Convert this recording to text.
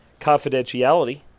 confidentiality